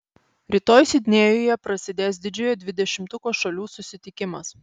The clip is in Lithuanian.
rytoj sidnėjuje prasidės didžiojo dvidešimtuko šalių susitikimas